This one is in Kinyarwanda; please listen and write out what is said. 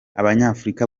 abanyafurika